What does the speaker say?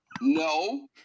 no